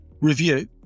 review